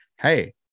Hey